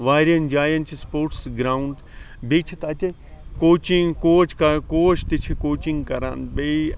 واریاہَن جایَن چھِ سپوٹس گراوُنٛڈ بیٚیہِ چھِ تَتہِ کوچِنٛگ کوچ کوچ تہِ چھِ کوچِنٛگ کران بیٚیہِ